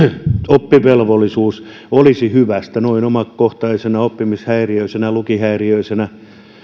oppivelvollisuus olisi hyvästä noin omakohtaisesti oppimishäiriöisenä lukihäiriöisenä